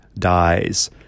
dies